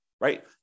right